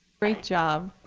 great job.